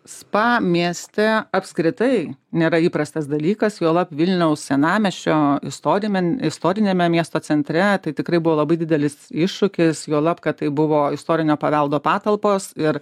spa mieste apskritai nėra įprastas dalykas juolab vilniaus senamiesčio istoniame istoriniame miesto centre tai tikrai buvo labai didelis iššūkis juolab kad tai buvo istorinio paveldo patalpos ir